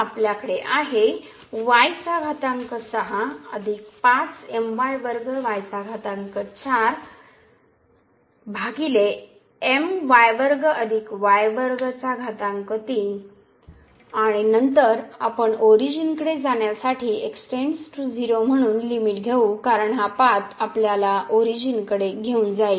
तर आपल्याकडे आहे आणि नंतर आपण ओरिजिनकडे जाण्यासाठी x → 0 म्हणून लिमिट घेऊ कारण हा पाथ आपल्याला ओरिजिनकडे घेऊन जाईल